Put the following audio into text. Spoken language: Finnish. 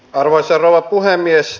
arvoisa rouva puhemies